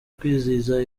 kwizihiza